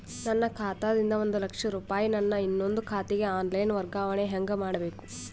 ನನ್ನ ಖಾತಾ ದಿಂದ ಒಂದ ಲಕ್ಷ ರೂಪಾಯಿ ನನ್ನ ಇನ್ನೊಂದು ಖಾತೆಗೆ ಆನ್ ಲೈನ್ ವರ್ಗಾವಣೆ ಹೆಂಗ ಮಾಡಬೇಕು?